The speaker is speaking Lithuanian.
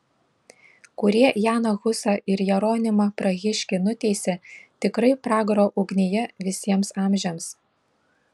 kurie janą husą ir jeronimą prahiškį nuteisė tikrai pragaro ugnyje visiems amžiams